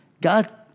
God